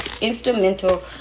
instrumental